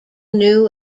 new